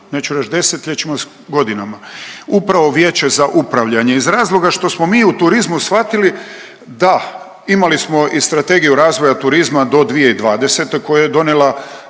neću reć 10-ljećima, godinama. Upravo Vijeće za upravljanje iz razlog što smo mi u turizmu shvatili da, imali smo i Strategiju razvoja turizma do 2020. koju je donijela